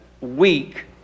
week